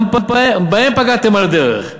גם בהם פגעתם על הדרך.